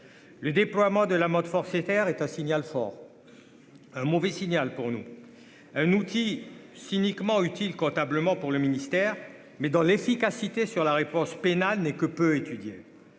le déploiement de l'amende forfaitaire est un signal fort, un mauvais signal pour nous un outil cyniquement utile comptablement pour le ministère, mais dans l'efficacité sur la réponse pénale n'est que peu étudié